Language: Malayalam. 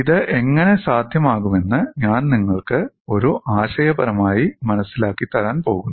ഇത് എങ്ങനെ സാധ്യമാകുമെന്ന് ഞാൻ നിങ്ങൾക്ക് ഒരു ആശയപരമായി മനസ്സിലാക്കി തരാൻ പോകുന്നു